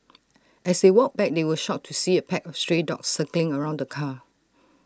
as they walked back they were shocked to see A pack of stray dogs circling around the car